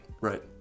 Right